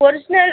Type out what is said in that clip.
original